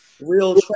real